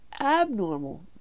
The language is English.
abnormal